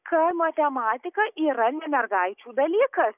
kad matematika yra mergaičių dalykas